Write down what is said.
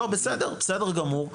בסדר גמור.